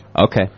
Okay